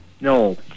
no